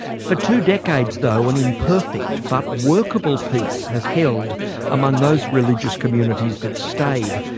for two decades though, an imperfect but workable peace has held among those religious communities that stayed.